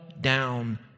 down